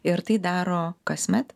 ir tai daro kasmet